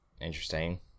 interesting